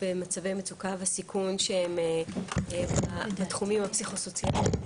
במצבי מצוקה וסיכון שהם בתחומים הפסיכו-סוציאליים,